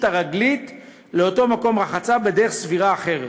הרגלית של אותו מקום רחצה בדרך סבירה אחרת.